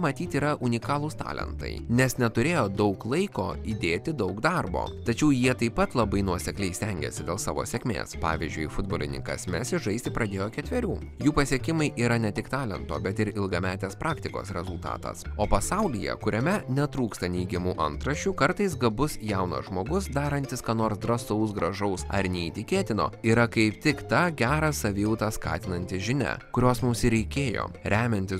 matyt yra unikalūs talentai nes neturėjo daug laiko įdėti daug darbo tačiau jie taip pat labai nuosekliai stengiasi dėl savo sėkmės pavyzdžiui futbolininkas mesis žaisti pradėjo ketverių jų pasiekimai yra ne tik talento bet ir ilgametės praktikos rezultatas o pasaulyje kuriame netrūksta neigiamų antraščių kartais gabus jaunas žmogus darantis ką nors drąsaus gražaus ar neįtikėtino yra kaip tik tą gerą savijautą skatinanti žinia kurios mums ir reikėjo remiantis